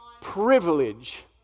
privilege